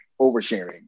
oversharing